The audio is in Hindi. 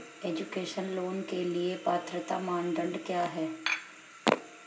एजुकेशन लोंन के लिए पात्रता मानदंड क्या है?